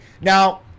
Now